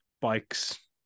bikes